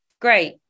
great